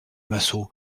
massot